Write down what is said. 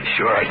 Sure